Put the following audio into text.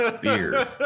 beer